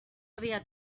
havia